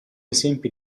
esempi